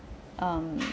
um